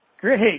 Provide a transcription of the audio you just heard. Great